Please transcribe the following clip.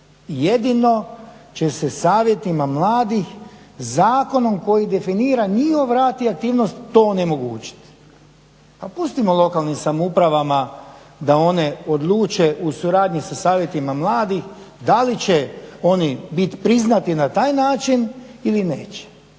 Jedino će se Savjetima mladih zakonom koji definira njihov rad i aktivnost to onemogućiti. Pa pustimo lokalnim samoupravama da one odluče u suradnji sa Savjetima mladih da li će oni biti priznati na taj način ili neće.